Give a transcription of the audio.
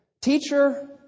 Teacher